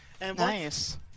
Nice